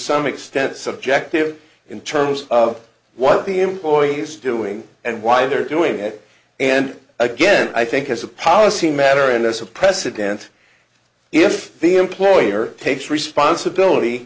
some extent subjective in terms of what the employees doing and why they're doing it and again i think as a policy matter and as a president if the employer takes responsibility